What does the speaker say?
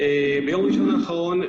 ביום ראשון האחרון,